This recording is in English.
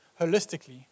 holistically